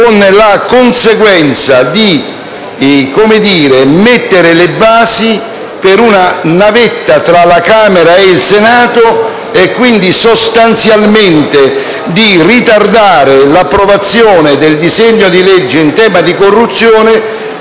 con la conseguenza di mettere le basi per una navetta tra la Camera ed il Senato e, quindi, sostanzialmente, di ritardare l'approvazione del disegno di legge in tema di corruzione